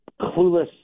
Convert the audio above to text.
clueless